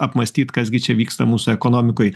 apmąstyt kas gi čia vyksta mūsų ekonomikoj